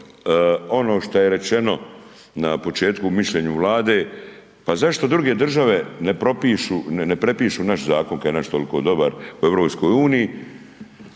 ono što je rečeno na početku o mišljenju Vlade, pa zašto druge države ne prepišu naš zakon, kad je naš toliko dobar u EU,